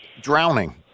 drowning